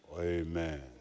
amen